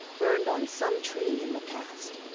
burned on some tree in the past.